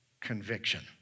conviction